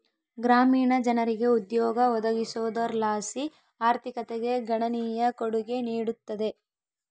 ಗ್ರಾಮೀಣ ಜನರಿಗೆ ಉದ್ಯೋಗ ಒದಗಿಸೋದರ್ಲಾಸಿ ಆರ್ಥಿಕತೆಗೆ ಗಣನೀಯ ಕೊಡುಗೆ ನೀಡುತ್ತದೆ